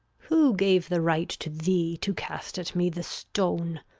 who gave the right to thee to cast at me the stone?